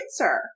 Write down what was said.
answer